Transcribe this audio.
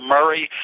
Murray